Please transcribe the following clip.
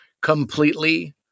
completely